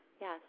Yes